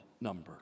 number